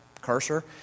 cursor